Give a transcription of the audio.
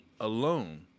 alone